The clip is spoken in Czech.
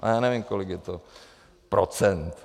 Já nevím, kolik je to procent.